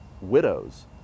widows